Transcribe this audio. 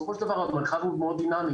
אבל בסופו של דבר המרחב הוא מאוד דינמי.